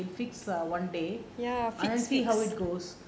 we fix err one day and then see how it goes